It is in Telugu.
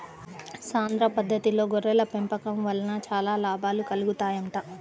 సాంద్ర పద్దతిలో గొర్రెల పెంపకం వలన చాలా లాభాలు కలుగుతాయంట